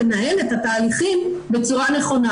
לנהל את התהליכים בצורה נכונה.